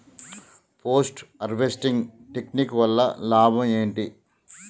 Post harvesting technique వల్ల లాభం ఏంటి?